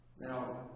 Now